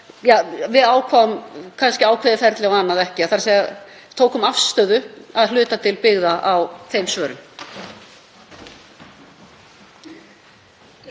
við ákváðum kannski ákveðið ferli og annað ekki, þ.e. við tókum afstöðu að hluta til byggða á þeim svörum.